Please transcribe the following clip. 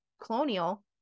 colonial